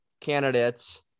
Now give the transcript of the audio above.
candidates